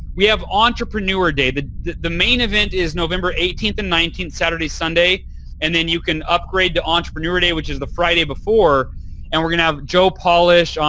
we have entrepreneur day. the the main event is november eighteen to nineteen, saturday, sunday and then you can upgrade to entrepreneur day which is the friday before and we're going to have joe polish, um